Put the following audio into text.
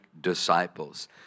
disciples